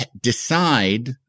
decide